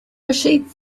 rachid